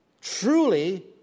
truly